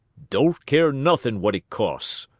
don't care nothin' what it costs,